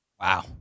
Wow